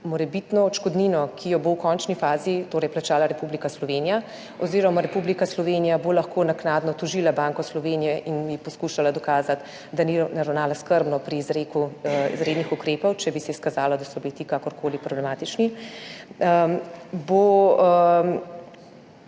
morebitno odškodnino, ki jo bo v končni fazi plačala Republika Slovenija oziroma Republika Slovenija bo lahko naknadno tožila Banko Slovenije in ji poskušala dokazati, da ni ravnala skrbno pri izreku izrednih ukrepov, če bi se izkazalo, da so bili ti kakorkoli problematični